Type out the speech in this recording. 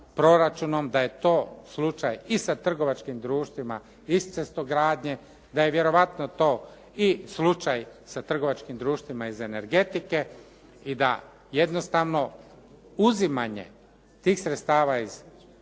da je to slučaj i sa trgovačkim društvima iz cestogradnje, da je vjerojatno to i slučaj sa trgovačkim društvima iz energetike i da jednostavno uzimanje tih sredstava iz domaćih